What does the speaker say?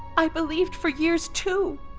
i've believed for years, too.